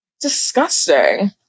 Disgusting